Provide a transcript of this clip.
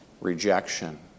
rejection